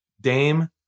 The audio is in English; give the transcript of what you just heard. Dame